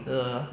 ya